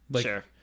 Sure